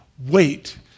wait